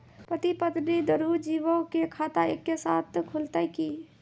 पति पत्नी दुनहु जीबो के खाता एक्के साथै खुलते की?